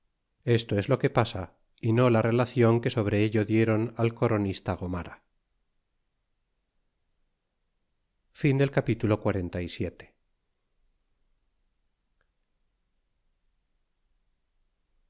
esto es lo que pasa y no la re lacion que sobre ello dieron al coronista gomara